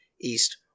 east